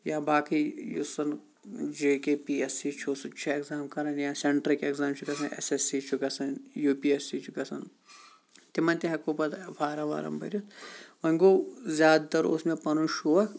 یا باقی یُس زَن J K P S C چھُ سُہ تہِ چھُ ایٚگزام کَران یا سٮ۪نٹرِک ایٚگزام چھِ گَژھان ایٚس ایٚس سی چھُ گَژھان یو پی ایٚس سی چھُ گَژھان تِمَن تہِ ہیٚکو پَتہٕ فارَم وارَم بٔرِتھ وۄنۍ گوٚو زیاد تَر اوس مےٚ پَنُن شوق